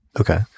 Okay